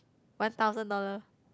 one thousand dollar